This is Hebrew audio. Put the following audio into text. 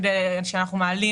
כשאנחנו מעלים